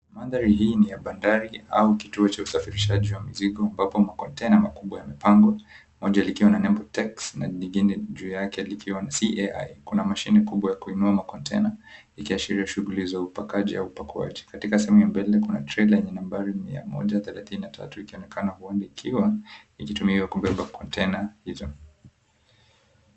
Mandhari hii ni ya bandari au kituo cha usafirishaji wa mizigo, ambapo makontena makubwa yamepangwa. Moja likiwa na nembo, Tex na lingine juu yake likiwa na CAI. Kuna mashine kubwa ya kuinua makontena ikiashiria shughuli za upakaji au upakuaji. Katika sehemu ya mbele kuna trela yenye nambari mia moja thelathini na tatu, ikionekana uwanja ikiwa ikitumiwa kubeba hizo.